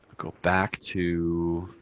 ah go back to